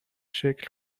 شکل